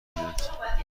میاد